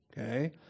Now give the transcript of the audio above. Okay